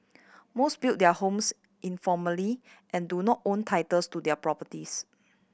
most built their homes informally and do not own titles to their properties